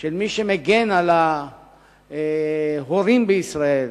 של מי שמגן על ההורים בישראל